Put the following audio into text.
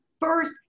first